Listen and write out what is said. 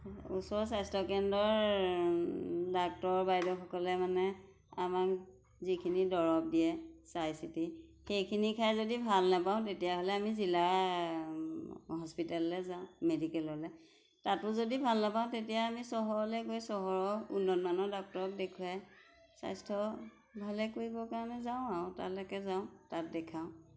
ওচৰৰ স্বাস্থ্যকেন্দ্ৰৰ ডাক্তৰ বাইদেউসকলে মানে আমাক যিখিনি দৰৱ দিয়ে চাই চিতি সেইখিনি খাই যদি ভাল নাপাওঁ তেতিয়াহ'লে আমি জিলা হস্পিতেললৈ যাওঁ মেডিকেললৈ তাতো যদি ভাল নাপাওঁ তেতিয়া আমি চহৰলৈ গৈ চহৰৰ উন্নতমানৰ ডাক্তৰক দেখুৱাই স্বাস্থ্য ভালে কৰিবৰ কাৰণে যাওঁ আৰু তালৈকে যাওঁ তাত দেখাওঁ